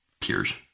peers